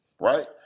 right